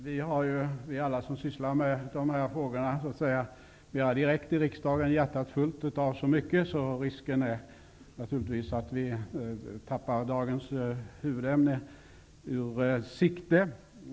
Fru talman! Alla vi här i riksdagen som mera direkt sysslar med dessa frågor har hjärtat fullt med så mycket att risken naturligtvis är att vi tappar dagens huvudämne ur sikte.